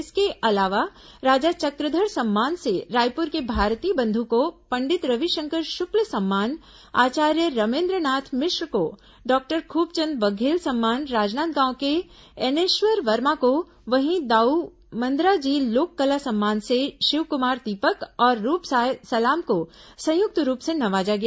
इसके अलावा राजा चक्रधर सम्मान से रायपूर के भारती बंध् को पंडित रविशंकर शुक्ल सम्मान आचार्य रमेन्द्रनाथ मिश्र को डॉक्टर खूबचंद बघेल सम्मान राजनादंगांव के एनेश्वर वर्मा को वहीं दाऊ मंदराजी लोककला सम्मान से शिवकुमार दीपक और रूपसाय सलाम को संयुक्त रूप से नवाजा गया